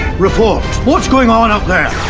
report! what's going on out there? ah,